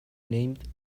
named